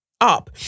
up